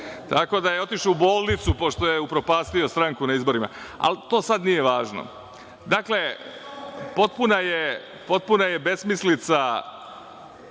Tako da je otišao u bolnicu pošto je upropastio stranku na izborima, ali to sad nije važno. Dakle, potpuna je besmislica